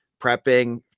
prepping